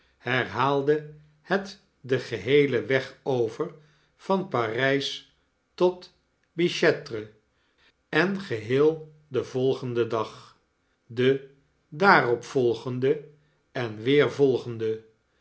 herhaalde het den geheelen weg over van p a r ij s tot b i c e t r e en geheel den volgenden dag den daarop volgenden en weer volgenden